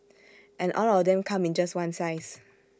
and all of them come in just one size